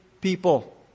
people